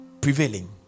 prevailing